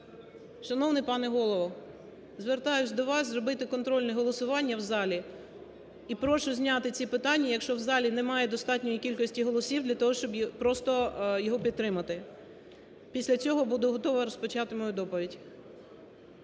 Шановний пане Голово, звертаюсь до вас зробити контрольне голосування в залі і прошу зняти ці питання, якщо в залі немає достатньої кількості голосів для того, щоб просто його підтримати. Після цього буду готова розпочати мою доповідь.